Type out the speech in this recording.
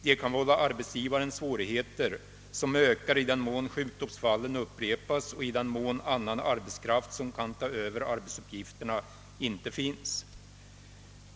De kan vålla arbetsgivaren svårigheter, som ökar i den mån sjukdomsfallen upprepas och i den mån annan arbetskraft som kan ta över arbetsuppgifterna inte finns.